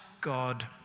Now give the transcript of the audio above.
God